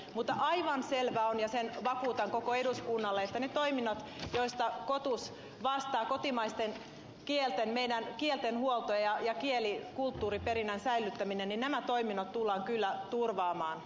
mutta aivan selvää on ja sen vakuutan koko eduskunnalle että ne toiminnot joista kotus vastaa kotimaisten kielten kielenhuolto ja kieli kulttuuriperinnön säilyttäminen tullaan kyllä turvaamaan